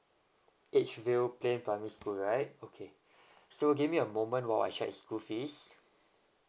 age real plane primary school right okay so give me a moment while I check his school fees